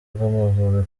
rw’amavubi